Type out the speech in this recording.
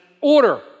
order